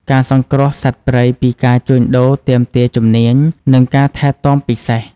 ការសង្គ្រោះសត្វព្រៃពីការជួញដូរទាមទារជំនាញ និងការថែទាំពិសេស។